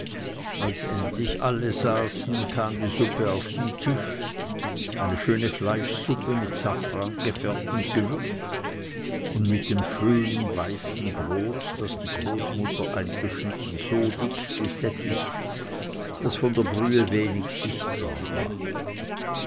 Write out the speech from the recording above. als endlich alle saßen kam die suppe auf den tisch eine schöne fleischsuppe mit safran gefärbt und gewürzt und mit dem schönen weißen brot das die großmutter eingeschnitten so dick gesättigt daß von der brühe wenig sichtbar war